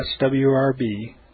swrb